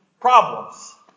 problems